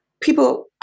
people